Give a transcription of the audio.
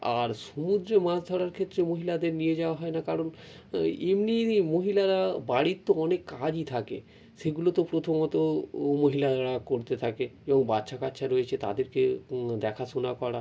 আর সমুদ্রে মাছ ধরার ক্ষেত্রে মহিলাদের নিয়ে যাওয়া হয় না কারণ এমনিই মহিলারা বাড়ির তো অনেক কাজই থাকে সেগুলো তো প্রথমত মহিলারা করতে থাকে কেউ বাচ্চা কাচ্চা রয়েছে তাদেরকে দেখাশোনা করা